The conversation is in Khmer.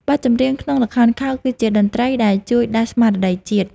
បទចម្រៀងក្នុងល្ខោនខោលគឺជាតន្ត្រី ដែលជួយដាស់ស្មារតីជាតិ។